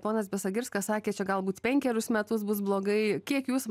ponas besagirskas sakė čia galbūt penkerius metus bus blogai kiek jūs